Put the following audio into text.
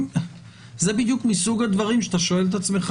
זה בדיוק מסוג הדברים שאתה שואל את עצמך,